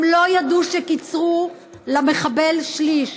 הם לא ידעו שקיצרו למחבל שליש,